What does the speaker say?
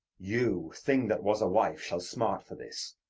you, thing, that was a wife, shall smart for this.